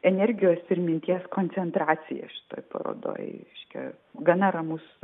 energijos ir minties koncentracija šitoj parodoj reiškia gana ramus